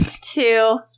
Two